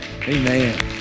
Amen